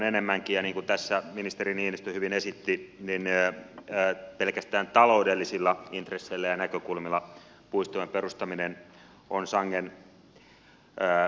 niin kuin tässä ministeri niinistö hyvin esitti pelkästään taloudellisilla intresseillä ja näkökulmilla puistojen perustaminen on sangen perusteltua